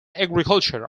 agriculture